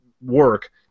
work